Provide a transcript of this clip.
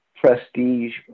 prestige